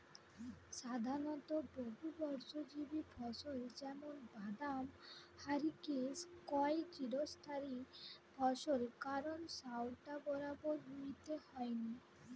সাধারণত বহুবর্ষজীবী ফসল যেমন বাদাম হারিকে কয় চিরস্থায়ী ফসল কারণ সউটা বারবার রুইতে হয়নি